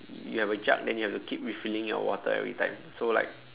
you have a jug then you have to keep refilling your water every time so like